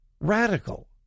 radical